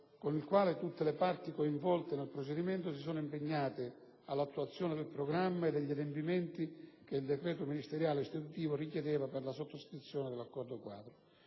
con il quale tutte le parti coinvolte nei procedimento si sono impegnate all'attuazione del programma e degli adempimenti che il decreto ministeriale istitutivo richiedeva per la sottoscrizione dell'accordo-quadro.